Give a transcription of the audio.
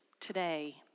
today